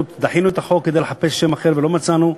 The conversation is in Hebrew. דחינו את החוק כדי לחפש שם אחר ולא מצאנו,